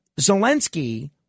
Zelensky